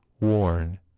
worn